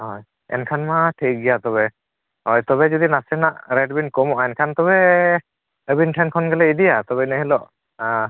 ᱦᱳᱭ ᱮᱱᱠᱷᱟᱱᱢᱟ ᱴᱷᱤᱠ ᱜᱮᱭᱟ ᱛᱚᱵᱮ ᱦᱳᱭ ᱛᱚᱵᱮ ᱡᱩᱫᱤ ᱱᱟᱥᱮᱱᱟᱜ ᱨᱮᱹᱴ ᱵᱤᱱ ᱠᱚᱢᱚᱜᱼᱟ ᱮᱱᱠᱷᱟᱱ ᱛᱚᱵᱮ ᱟᱹᱵᱤᱱ ᱴᱷᱮᱱ ᱠᱷᱚᱱ ᱜᱮᱞᱮ ᱤᱫᱤᱭᱟ ᱛᱚᱵᱮ ᱮᱱᱮ ᱦᱤᱞᱳᱜ ᱟᱨ